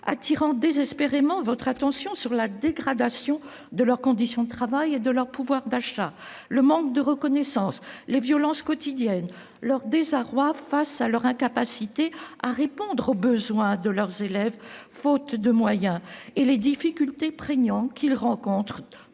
attirant désespérément votre attention sur la dégradation de leurs conditions de travail et de leur pouvoir d'achat, sur le manque de reconnaissance, sur les violences quotidiennes, sur leur désarroi face à leur incapacité à répondre aux besoins de leurs élèves, faute de moyens, et sur les difficultés prégnantes qu'ils rencontrent